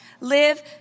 Live